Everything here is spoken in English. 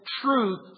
truth